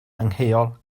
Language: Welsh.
angheuol